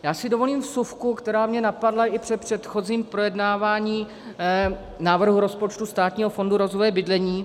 Já si dovolím vsuvku, která mě napadla i před předchozím projednáváním návrhu rozpočtu Státního fondu rozvoje bydlení.